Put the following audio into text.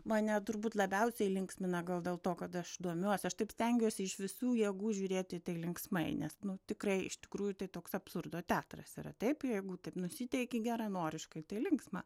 mane turbūt labiausiai linksmina gal dėl to kad aš domiuosi aš taip stengiuosi iš visų jėgų žiūrėti į tai linksmai nes nu tikrai iš tikrųjų tai toks absurdo teatras yra taip jeigu taip nusiteiki geranoriškai tai linksma